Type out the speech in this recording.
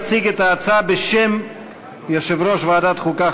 אדוני יציג את ההצעה בשם יושב-ראש ועדת החוקה,